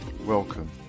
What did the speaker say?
Welcome